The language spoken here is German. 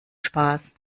spaß